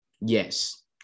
Yes